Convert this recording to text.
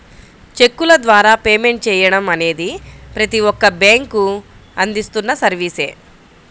చెక్కుల ద్వారా పేమెంట్ చెయ్యడం అనేది ప్రతి ఒక్క బ్యేంకూ అందిస్తున్న సర్వీసే